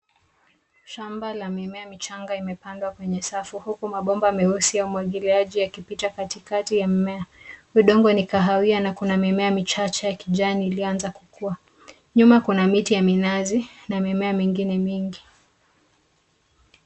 Shamba la mimea michanga imepandwa kwenye safu huku mabomba meusi ya umwagiliaji yakipita katikati ya mimea. Udongo ni kahawia na kuna mimea michache ya kijani ilianza kukua. Nyuma kuna miti ya minazi na mimea mingine mingi.